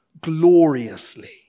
gloriously